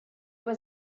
was